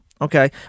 Okay